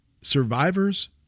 Survivors